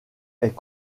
est